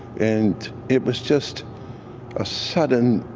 and it was just a sudden,